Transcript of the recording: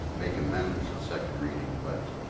make amendments of second reading but